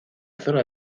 zona